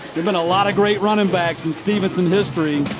a lot of great running backs in stephenson history.